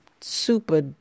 super